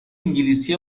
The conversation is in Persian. انگلیسی